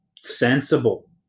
sensible